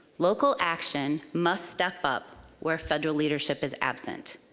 local action must step up where federal leadership is absent.